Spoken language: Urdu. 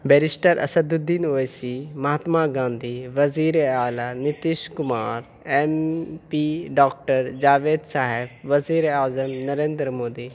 بیرسٹر اسد الدین اویسی مہاتما گاندھی وزیر اعلیٰ Nitish Kumar N P doctor Javed صاحب وزیرِ اعظم نریندر مودی